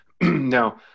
Now